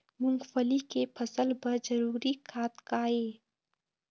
मूंगफली के फसल बर जरूरी खाद का ये?